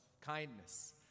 Kindness